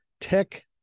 tech